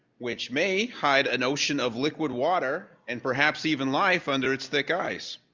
which may hide an ocean of liquid water and perhaps even life under its thick ice.